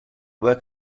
work